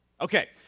Okay